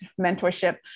mentorship